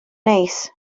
neis